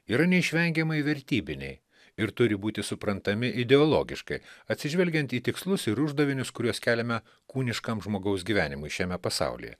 yra neišvengiamai vertybiniai ir turi būti suprantami ideologiškai atsižvelgiant į tikslus ir uždavinius kuriuos keliame kūniškam žmogaus gyvenimui šiame pasaulyje